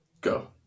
Go